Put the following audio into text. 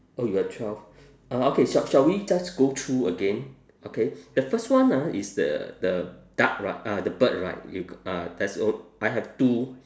oh you have twelve uh okay shall shall we just go through again okay the first one ah is the the duck right uh the bird right you uh there's o~ I have two